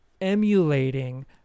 emulating